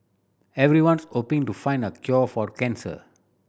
everyone's hoping to find the cure for cancer